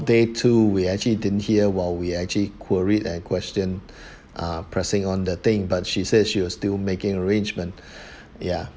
day two we actually didn't hear while we actually queried and question ah pressing on the thing but she said she was still making arrangement yeah